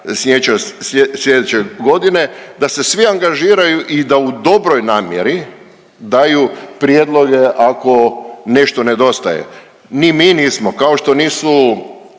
sljedeće godine, da se svi angažiraju i da u dobroj namjeri daju prijedloge, ako nešto nedostaje. Ni mi nismo, kao što nisu